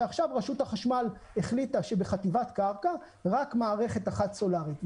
ועכשיו רשות החשמל החליטה שבחטיבת קרקע רק מערכת אחת סולארית.